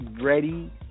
ready